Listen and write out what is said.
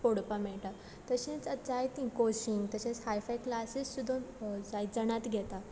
पोळोवपा मेळटा तशेंच आतां जायतीं कोचींग तशेंच हाय फाय क्लासीस सुद्दां जायत जाणां आतां घेता